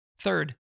Third